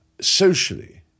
socially